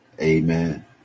Amen